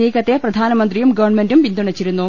നീക്കത്തെ പ്രധാനമന്ത്രിയും ഗവൺമെന്റും പിന്തുണച്ചിരുന്നു